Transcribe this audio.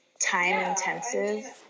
time-intensive